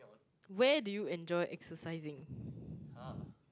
where did you enjoy exercising